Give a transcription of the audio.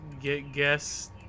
Guess